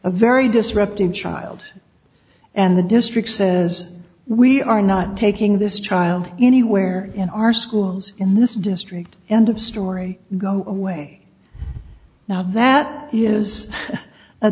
a very disruptive child and the district says we are not taking this child anywhere in our schools in this district end of story go away now that is a